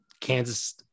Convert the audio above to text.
Kansas